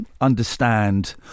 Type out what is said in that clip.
understand